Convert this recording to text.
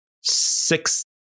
six